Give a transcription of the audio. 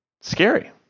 Scary